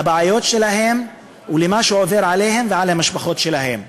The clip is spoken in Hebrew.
לבעיות שלהם ולמה שעובר עליהם ועל המשפחות שלהם.